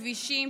כבישים,